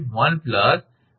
95710